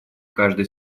каждой